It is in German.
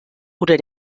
oder